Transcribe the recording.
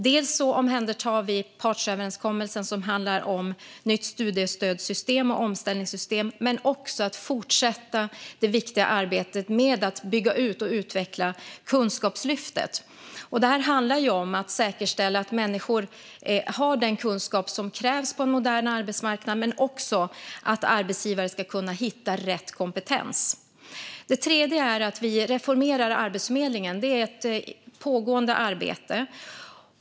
Dels omhändertar vi partsöverenskommelsen som handlar om ett nytt studiestödssystem och omställningssystem, dels fortsätter vi det viktiga arbetet med att bygga ut och utveckla Kunskapslyftet. Vi ska säkerställa att människor har den kunskap som krävs på en modern arbetsmarknad och att arbetsgivare ska kunna hitta rätt kompetens. För det tredje reformerar vi Arbetsförmedlingen. Det är ett pågående arbete.